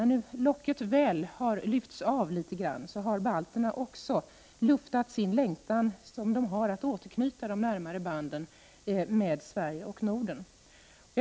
När nu locket väl har lyfts litet grand, har balterna också luftat sin längtan att återknyta de närmare banden med Sverige och 59 Norden.